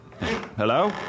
Hello